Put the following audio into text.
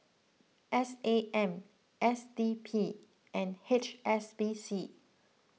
S A M S D P and H S B C